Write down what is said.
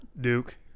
Duke